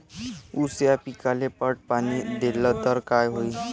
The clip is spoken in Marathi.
ऊस या पिकाले पट पाणी देल्ल तर काय होईन?